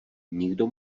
nikdo